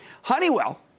Honeywell